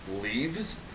leaves